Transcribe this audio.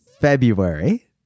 February